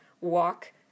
walk